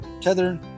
Tether